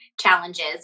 challenges